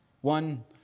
One